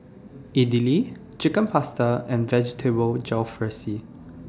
Idili Chicken Pasta and Vegetable Jalfrezi